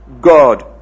God